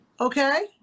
okay